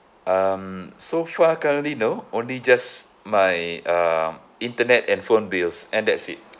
um so far currently no only just my uh internet and phone bills and that's it